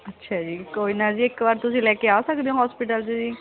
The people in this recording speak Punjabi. ਅੱਛਾ ਜੀ ਕੋਈ ਨਾ ਜੀ ਇੱਕ ਵਾਰ ਤੁਸੀਂ ਲੈ ਕੇ ਆ ਸਕਦੇ ਹੋ ਹੋਸਪੀਟਲ 'ਚ ਜੀ